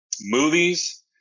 Movies